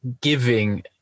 giving